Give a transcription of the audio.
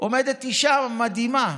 עומדת אישה מדהימה.